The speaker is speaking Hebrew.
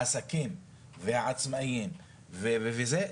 העסקים והעצמאיים וזה,